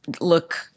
look –